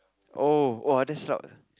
oh !woah! that's route